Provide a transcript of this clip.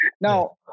Now